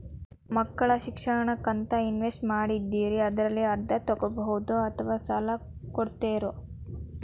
ಮಕ್ಕಳ ಶಿಕ್ಷಣಕ್ಕಂತ ಇನ್ವೆಸ್ಟ್ ಮಾಡಿದ್ದಿರಿ ಅದರಲ್ಲಿ ಅರ್ಧ ತೊಗೋಬಹುದೊ ಅಥವಾ ಸಾಲ ಕೊಡ್ತೇರೊ?